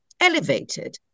elevated